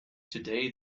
today